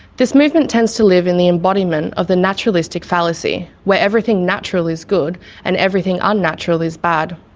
this movement tends to live in the embodiment of the naturalistic fallacy where everything natural is good and everything unnatural is bad.